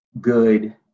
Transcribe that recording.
good